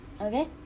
okay